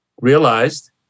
realized